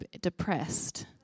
depressed